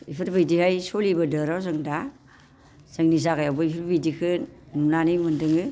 इफोरबायदिहाय सोलिबोदोर' जों दा जोंनि जायगायावबो इफोरबायदिखो नुनानै मोनदोङो